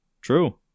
True